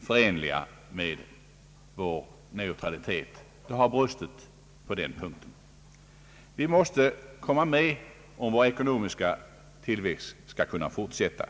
förenliga med vår neutralitet. Det har brustit på den punkten. Vi måste komma med i EEC, om vår ekonomiska tillväxt skall kunna fortsätta.